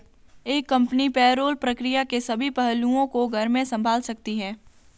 एक company payroll प्रक्रिया के सभी पहलुओं को घर में संभाल सकती है